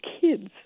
kids